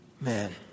man